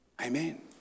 Amen